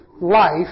life